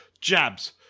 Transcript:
jabs